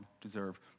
deserve